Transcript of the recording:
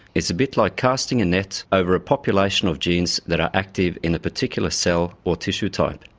it's a bit like casting a net over a population of genes that are active in a particular cell or tissue type.